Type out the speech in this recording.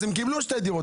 אז הם קיבלו שתי דירות,